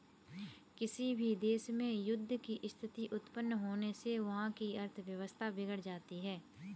किसी भी देश में युद्ध की स्थिति उत्पन्न होने से वहाँ की अर्थव्यवस्था बिगड़ जाती है